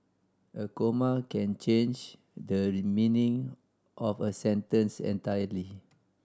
a comma can change the meaning of a sentence entirely